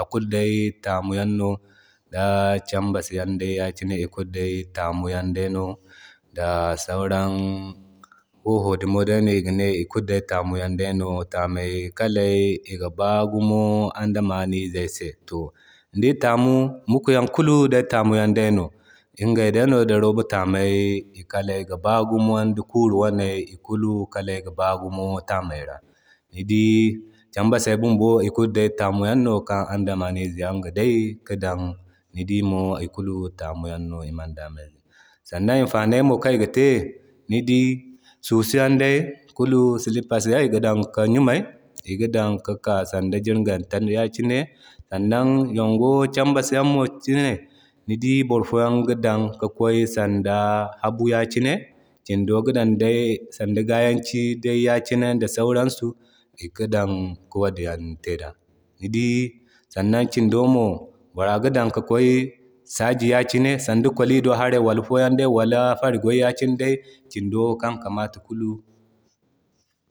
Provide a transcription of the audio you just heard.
akulu day taamu yaŋ no da cambas yanday ya kine ikulu day taamu yaŋ day no da sauran wofo dumo day no. Taamay kalay iga baa gumo andamanize se. To ni dii taamuyaŋ muku yaŋ kulu tamuyan day no iŋgay day no da roba taamay ikalay ga baa gumu da kuru wane ikulu kalay ga baa gumo taamay ra. Ni dii cambase bumbo ikulu day tamiyan dayno kan andamize ga day ka dan. Ni dii mo ikulu taamuyan no i manda me. Sannan i imfano kan iga te ni dii soso yanday kulu da sipas yan iga dan ki kway numay iga dan ki ka sanda jingara-tanda ya kine. Sannan yoongo cambas yanmo kine ni dii boro foyan ga Dan ki kway sanda habu ya kine, kindo gi Dan day sanda gayanci day yaki ne da sauransu iga Dan ki wodin Yan te da. Ni dii sannan kindo mo bora ga dan ki kway sajira yakine sanda kwali do wala foo yan wala fari goy yakine kindo kan kamata kulu.